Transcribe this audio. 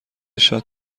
شات